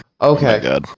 Okay